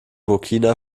burkina